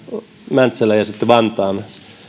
mäntsälän ja sitten vantaan